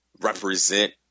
represent